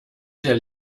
der